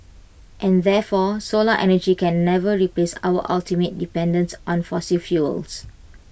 and therefore solar energy can never replace our ultimate dependence on fossil fuels